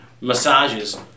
massages